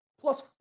plus